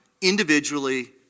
individually